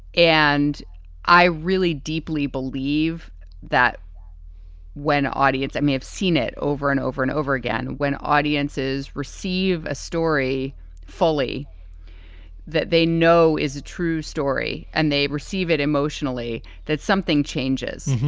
and i really deeply believe that when audience may have seen it over and over and over again, when audiences receive a story fully that they know is a true story and they receive it emotionally, that something changes.